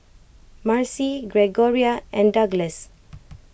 Marcy Gregoria and Douglass